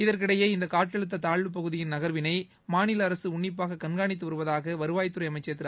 இதற்கிடையே இந்த காற்றழுத்த தாழ்வுப் பகுதியின் நகர்வினை மாநில அரசு உள்னிப்பாக கண்காணித்து வருவதாக வருவாய்த்துறை அமைச்சர் திரு